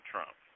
Trump